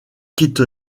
quitte